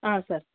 sir